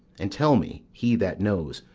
and tell me, he that knows,